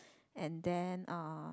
and then uh